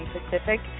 Pacific